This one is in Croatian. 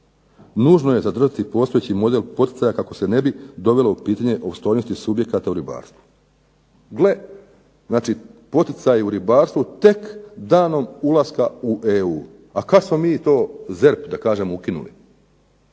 Nužno je zadržati postojeći model poticanja kako se ne bi dovelo u pitanje opstojnost subjekata u ribarstvu. Gle, znači poticaji u ribarstvu tek danom ulaska u EU. A kad smo mi to ZERP da kažem ukinuli?